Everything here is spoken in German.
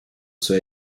zur